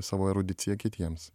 savo erudicija kitiems